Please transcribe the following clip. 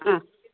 ആ